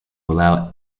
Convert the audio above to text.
allow